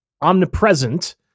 omnipresent